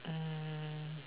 mm